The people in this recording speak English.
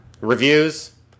Reviews